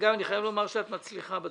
אגב, אני חייב לומר שאת מצליחה בתפקיד.